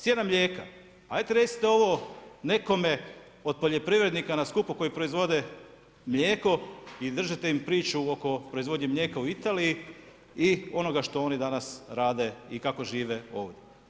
Cijena mlijeka, ajde recite ovo nekome od poljoprivrednika na skupu koji proizvode mlijeko i držite im priču oko proizvodnje mlijeka u Italiji i onoga što oni danas rade i kako žive ovdje.